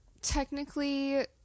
technically